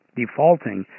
defaulting